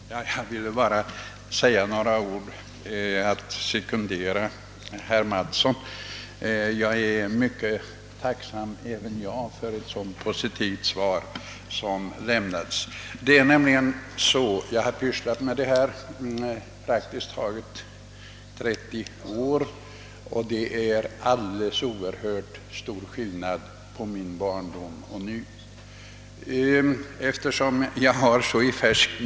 Herr talman! Jag vill bara sekundera herr Mattsson med några få ord. Även jag är mycket tacksam för det positiva svar som lämnats på interpellationen. Jag har under nästan trettio år varit verksam på detta område och kan intyga vilken oerhört stor skillnad det är mellan förhållandena under min barndom och de som råder nu.